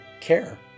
care